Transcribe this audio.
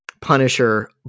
punisher